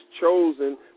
chosen